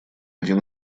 один